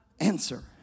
answer